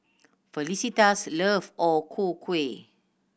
Felicitas love O Ku Kueh